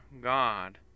God